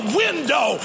window